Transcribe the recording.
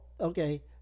Okay